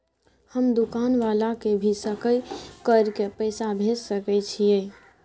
हम दुकान वाला के भी सकय कर के पैसा भेज सके छीयै?